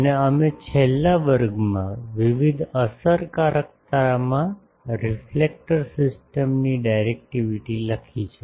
અને અમે છેલ્લા વર્ગમાં વિવિધ અસરકારકતામાં રિફ્લેક્ટર સિસ્ટમની ડાયરેક્ટિવિટી લખી છે